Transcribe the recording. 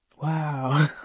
Wow